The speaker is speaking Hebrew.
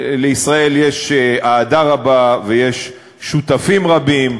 לישראל יש אהדה רבה ויש שותפים רבים.